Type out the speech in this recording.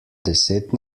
deset